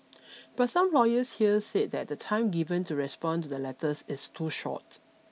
but some lawyers here said that the time given to respond to the letters is too short